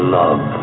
love